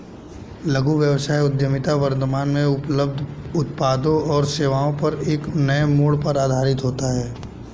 लघु व्यवसाय उद्यमिता वर्तमान में उपलब्ध उत्पादों और सेवाओं पर एक नए मोड़ पर आधारित होता है